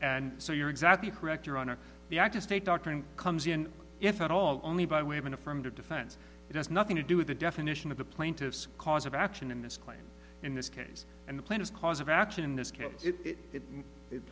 and so you're exactly correct your honor the active state doctrine comes in if at all only by way of an affirmative defense it has nothing to do with the definition of the plaintiff's cause of action in this claim in this case and the plan is cause of action in this case it i